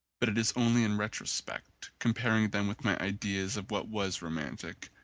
but it is only in retrospect, comparing them with my ideas of what was romantic,